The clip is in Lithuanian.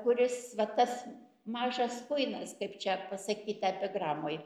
kuris va tas mažas kuinas kaip čia pasakyta epigramoj